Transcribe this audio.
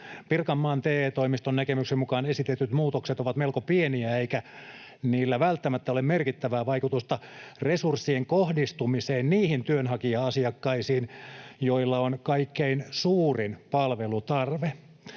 Pirkanmaan TE-toimiston näkemyksen mukaan esitetyt muutokset ovat melko pieniä, eikä niillä välttämättä ole merkittävää vaikutusta resurssien kohdistumiseen niihin työnhakija-asiakkaisiin, joilla on kaikkein suurin palvelutarve.